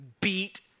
beat